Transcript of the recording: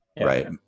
Right